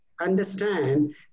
understand